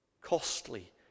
costly